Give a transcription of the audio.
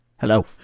hello